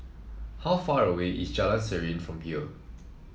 how far away is Jalan Serene from here